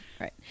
Right